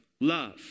love